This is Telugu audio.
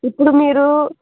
ఇప్పుడు మీరు